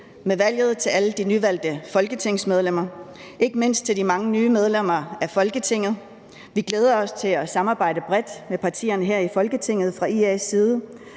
med valget til alle de nyvalgte folketingsmedlemmer, ikke mindst til de mange nye medlemmer af Folketinget. Vi glæder os fra IA's side til at samarbejde bredt med partierne her i Folketinget. Inuit